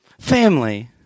Family